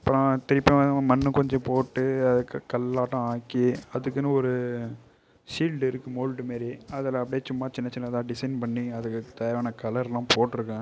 அப்புறோம் திருப்பி மண் கொஞ்சம் போட்டு கல்லாட்டம் ஆக்கி அதுக்குனு ஒரு ஷீல்டு இருக்கும் மோல்டு மாரி அதில் அப்டேயே சும்மா சின்ன சின்னதாக டிசைன் பண்ணி அதுக்கு தேவையான கலரெலாம் போட்டிருக்கேன்